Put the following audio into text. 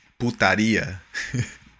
putaria